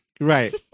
right